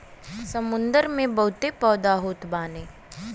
समुंदर में बहुते पौधा होत बाने